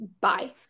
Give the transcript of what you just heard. bye